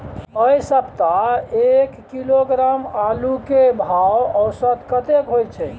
ऐ सप्ताह एक किलोग्राम आलू के भाव औसत कतेक होय छै?